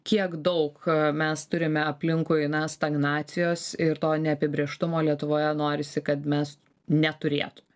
kiek daug mes turime aplinkui na stagnacijos ir to neapibrėžtumo lietuvoje norisi kad mes neturėtum